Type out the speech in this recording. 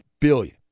billion